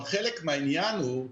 אבל חלק מהעניין הוא,